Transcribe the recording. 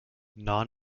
non